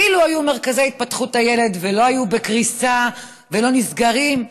אילו היו מרכזי התפתחות הילד ולא היו בקריסה ולא נסגרים,